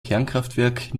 kernkraftwerk